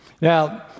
Now